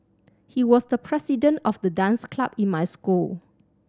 he was the president of the dance club in my school